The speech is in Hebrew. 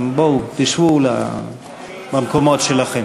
בואו תשבו במקומות שלכם.